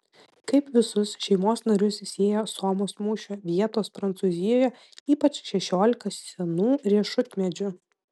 kaip visus šeimos narius sieja somos mūšio vietos prancūzijoje ypač šešiolika senų riešutmedžių